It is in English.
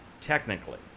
Technically